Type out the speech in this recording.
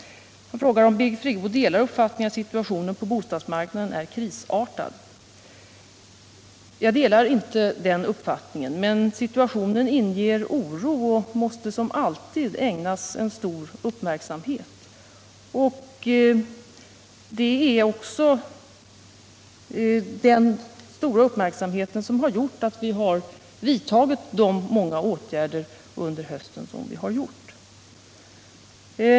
Han frågar om jag delar uppfattningen att situationen på bostadsmarknaden är krisartad. Jag delar inte den uppfattningen, men situationen inger oro och måste som alltid ägnas stor uppmärksamhet. Det är också den stora uppmärksamheten som har gjort att vi har vidtagit de många åtgärder under hösten som vi har gjort.